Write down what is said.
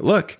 look